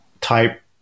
type